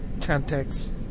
context